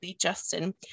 Justin